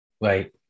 Right